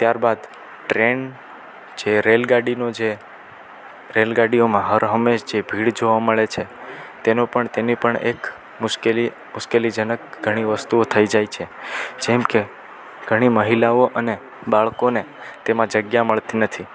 ત્યારબાદ ટ્રેન જે રેલગાડીનો જે રેલગાડીઓમાં હર હંમેશ જે ભીડ જોવા મળે છે તેનો પણ તેની પણ એક મુશ્કેલી મુશ્કેલીજનક ઘણી વસ્તુઓ થઈ જાય છે જેમકે ઘણી મહિલાઓ અને બાળકોને તેમાં જગ્યા મળતી નથી